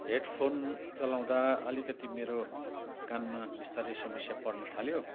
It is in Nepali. हेडफोन चलाउँदा अलिकति मेरो कानमा बिस्तारै समस्या बढ्न थाल्यो